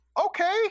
okay